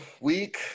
week